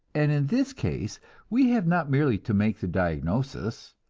and in this case we have not merely to make the diagnosis,